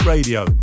Radio